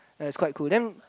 ya it's quite cool then